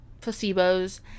placebos